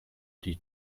die